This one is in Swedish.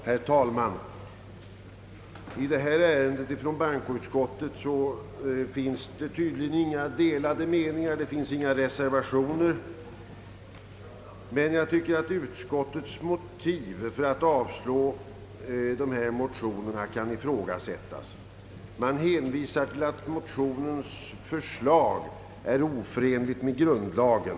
Herr talman! I detta ärende föreligger tydligen inga delade meningar inom bankoutskottet. Inga reservationer har avgivits. Jag tycker dock att utskottets motiv för att avstyrka de behandlade motionerna kan ifrågasättas. Utskottet hänvisar till att motionärernas förslag är oförenligt med grundlagen.